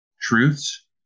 truths